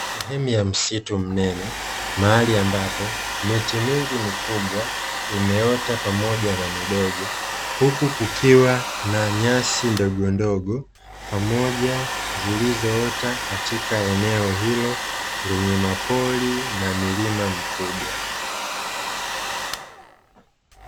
Sehemu ya msitu mnene mahali ambapo miti mingi mikubwa imeota pamoja na midogo, huku kukiwa na nyasi ndogo ndogo pamoja zilizoota katika eneo hilo lenye mapori namilima mikubwa.